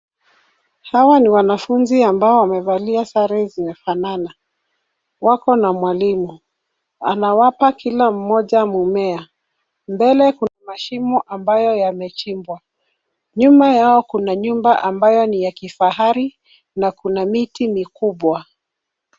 Hawa ni wanafunzi ambao wamevalia sare zimefanana. Wako na mwalimu, anawapa kila mmoja mmea. Mbele kuna mashimo ambayo yamechimbwa. Nyuma yao kuna nyumba ambayo ni ya kifahari na kuna miti mikubwa.